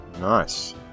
Nice